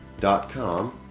dot-com